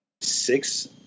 six